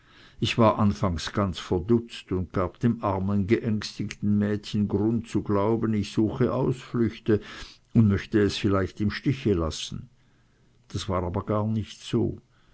ich war anfangs ganz verdutzt und gab dem armen geängstigten mädchen grund zu glauben ich suche ausflüchte und möchte es vielleicht im stiche lassen das war aber gar nicht so